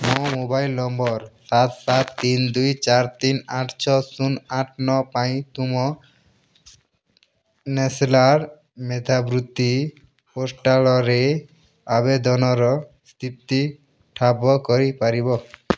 ମୋ mobile number ସାତ ସାତ ତିନି ଦୁଇ ଚାରି ତିନି ଆଠ ଛଅ ଶୂନ ଆଠ ନଅ ପାଇଁ ତୁମ ନ୍ୟାସନାଲ୍ ମେଧାବୃତ୍ତି ପୋର୍ଟାଲ୍ରେ ଆବେଦନର ସ୍ଥିତି ଠାବ କରି ପାରିବ